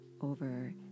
over